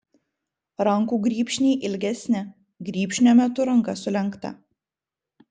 rankų grybšniai ilgesni grybšnio metu ranka sulenkta